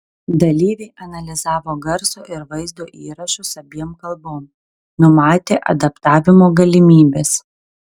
dalyviai analizavo garso ir vaizdo įrašus abiem kalbom numatė adaptavimo galimybes